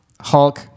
Hulk